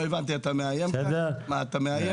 לא הבנתי, מה, אתה מאיים?